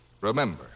Remember